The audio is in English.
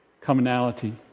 Commonality